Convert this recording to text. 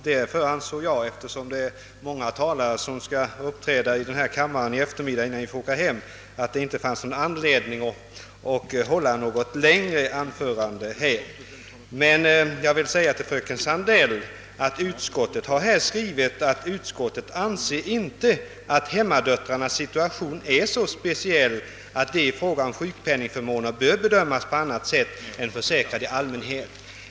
Därför ansåg jag att det inte fanns någon anledning för mig att hålla något längre anförande, särskilt som ju även många andra talare skall uppträda i denna kammare på eftermiddagen innan vi får åka hem. Jag vill dock framhålla för fröken Sandell att utskottet skrivit, att det inte anser att hemmadöttrarnas situation är så speciell, att de i fråga om sjukpenningförmåner bör bedömas på annat sätt än försäkrade i allmänhet.